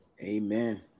amen